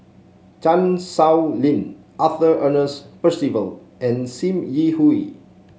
Chan Sow Lin Arthur Ernest Percival and Sim Yi Hui